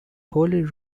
holy